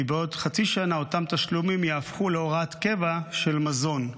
כי בעוד חצי שנה אותם תשלומים יהפכו להוראת קבע של מזון.